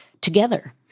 together